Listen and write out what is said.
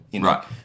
Right